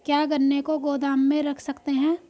क्या गन्ने को गोदाम में रख सकते हैं?